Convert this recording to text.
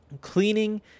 cleaning